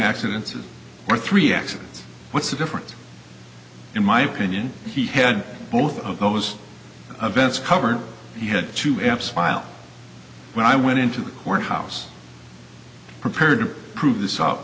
accidents or three accidents what's the difference in my opinion he had both of those events covered he had two eps file when i went into the courthouse prepared to prove this